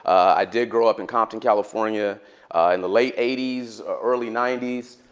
i did grow up in compton, california in the late eighty s, early ninety s.